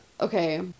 Okay